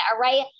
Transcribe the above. right